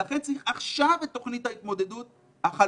לכן צריך עכשיו את תוכנית ההתמודדות החלופית.